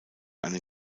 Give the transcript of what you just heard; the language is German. einen